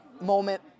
moment